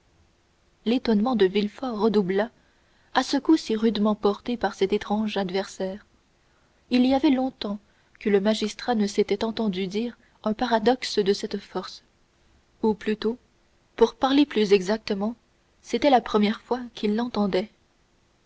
l'étonnement de villefort redoubla à ce second coup si rudement porté par cet étrange adversaire il y avait longtemps que le magistrat ne s'était entendu dire un paradoxe de cette force ou plutôt pour parler plus exactement c'était la première fois qu'il l'entendait